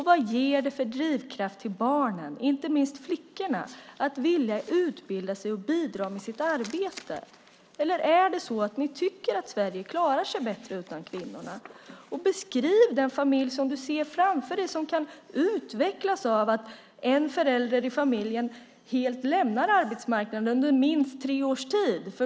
Vad ger det för drivkraft till barnen, inte minst flickorna, att vilja utbilda sig och bidra med sitt arbete? Eller tycker ni att Sverige klarar sig bättre utan kvinnorna? Beskriv den familj som du ser framför dig som kan utvecklas av att en förälder i familjen helt lämnar arbetsmarknaden under minst tre års tid!